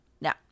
Now